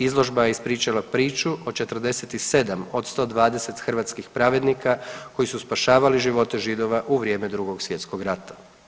Izložba je ispričala priču o 47 od 120 hrvatskih pravednika koji su spašavali živote Židova u vrijeme Drugog svjetskog rata.